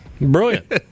Brilliant